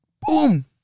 boom